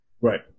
Right